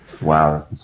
Wow